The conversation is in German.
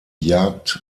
jagd